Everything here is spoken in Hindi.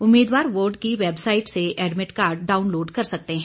उम्मीदवार बोर्ड की वैबसाइट से एडमिट कार्ड डाउनलोड कर सकते हैं